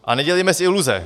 A nedělejme si iluze.